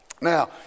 Now